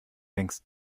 hängst